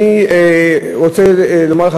אני רוצה לומר לך,